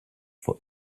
for